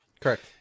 Correct